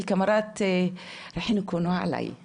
תודה על מה שאת עושה בשביל קהילת